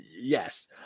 Yes